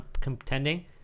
contending